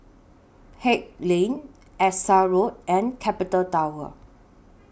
Haig Lane Essex Road and Capital Tower